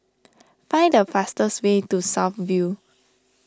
find the fastest way to South View